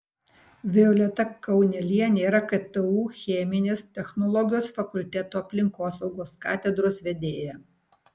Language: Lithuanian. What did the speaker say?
violeta kaunelienė yra ktu cheminės technologijos fakulteto aplinkosaugos katedros vedėja